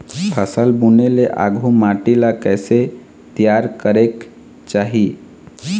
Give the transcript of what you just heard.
फसल बुने ले आघु माटी ला कइसे तियार करेक चाही?